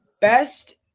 best